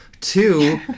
Two